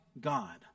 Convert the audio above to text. God